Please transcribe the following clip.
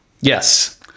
Yes